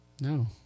No